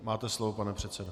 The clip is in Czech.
Máte slovo, pane předsedo.